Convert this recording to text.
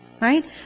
Right